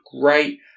great